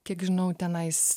kiek žinau tenais